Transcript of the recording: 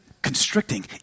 constricting